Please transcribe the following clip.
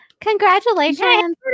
congratulations